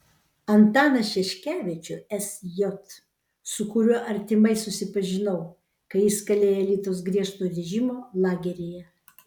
antaną šeškevičių sj su kuriuo artimai susipažinau kai jis kalėjo alytaus griežto režimo lageryje